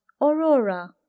aurora